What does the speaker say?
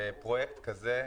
פרויקט כזה,